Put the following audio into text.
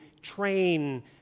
train